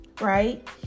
right